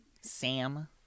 Sam